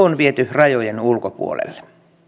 on viety rajojen ulkopuolelle